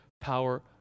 power